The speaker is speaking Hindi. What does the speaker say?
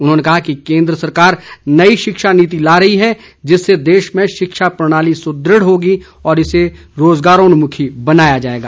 उन्होंने कहा कि केंद्र सरकार नई शिक्षा नीति ला रही है जिससे देश में शिक्षा प्रणाली सुदृढ़ होगी और इसे रोजगारोन्मुखी बनाया जाएगा